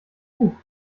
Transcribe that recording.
gut